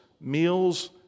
meals